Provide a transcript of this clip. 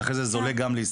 ואחרי זה זה גם זולג לישראל